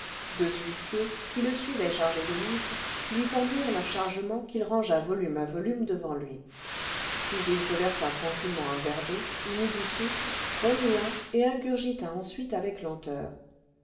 deux huissiers qui le suivaient chargés de livres lui tendirent leur chargement qu'il rangea volume à volume devant lui puis il se versa tranquillement un verre d'eau y mit du sucre remua et ingurgita ensuite avec lenteur